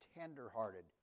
tenderhearted